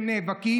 הם נאבקים.